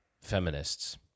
feminists